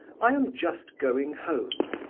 i am just going home.